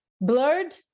blurred